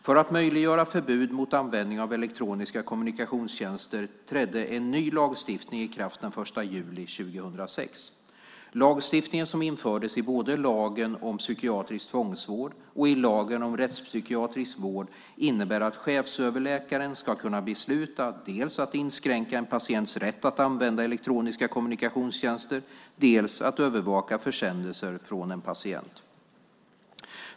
För att möjliggöra förbud mot användning av elektroniska kommunikationstjänster trädde en ny lagstiftning i kraft den 1 juli 2006. Lagstiftningen, som infördes i både lagen om psykiatrisk tvångsvård och lagen om rättspsykiatrisk vård , innebär att chefsöverläkaren ska kunna besluta dels att inskränka en patients rätt att använda elektroniska kommunikationstjänster, dels att övervaka försändelser från en patient.